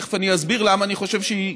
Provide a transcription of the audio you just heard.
ותכף אני אסביר למה אני חושב שהיא,